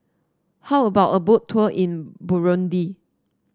how about a Boat Tour in Burundi